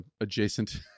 adjacent